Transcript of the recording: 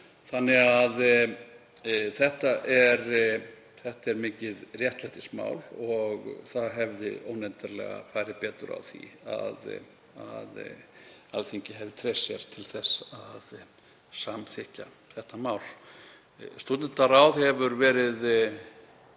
Þannig að þetta er mikið réttlætismál mál og það hefði óneitanlega farið betur á því að Alþingi hefði treyst sér til þess að samþykkja þetta mál.